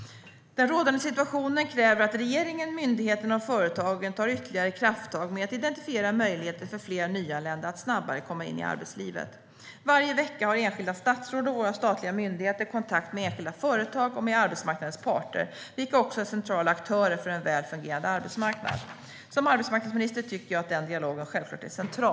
Den rådande situationen kräver att regeringen, myndigheterna och företagen tar ytterligare krafttag med att identifiera möjligheter för fler nyanlända att snabbare komma in i arbetslivet. Varje vecka har enskilda statsråd och våra statliga myndigheter kontakt med enskilda företag och med arbetsmarknadens parter, vilka också är centrala aktörer för en väl fungerande arbetsmarknad. Som arbetsmarknadsminister tycker jag att den dialogen självklart är central.